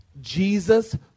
Jesus